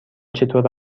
چطور